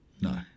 No